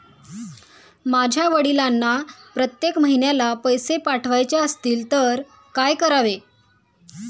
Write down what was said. माझ्या वडिलांना प्रत्येक महिन्याला पैसे पाठवायचे असतील तर काय करावे?